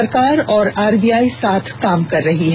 सरकार और आरबीआई साथ काम कर रही है